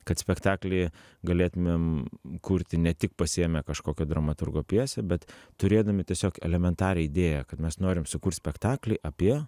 kad spektaklį galėtumėm kurti ne tik pasiėmę kažkokio dramaturgo pjesę bet turėdami tiesiog elementarią idėją kad mes norim sukurt spektaklį apie